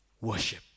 worship